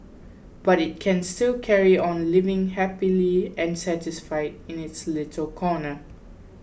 but it can still carry on living happily and satisfied in its little corner